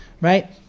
right